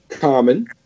common